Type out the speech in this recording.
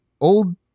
old